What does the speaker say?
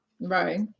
Right